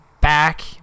back